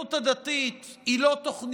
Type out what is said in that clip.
הציונות הדתית היא לא תוכניתו,